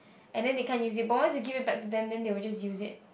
and then they can't use it but what you give it back to them then will just use it